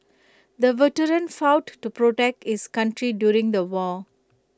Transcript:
the veteran fought to protect his country during the war